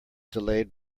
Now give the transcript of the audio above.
delayed